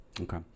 Okay